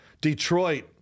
Detroit